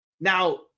Now